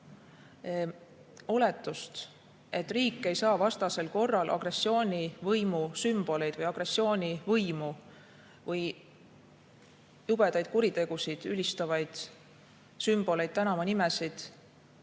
oletust, et riik ei saa vastasel korral agressioonivõimu sümboleid või selle võimu jubedaid kuritegusid ülistavaid sümboleid ja tänavanimesid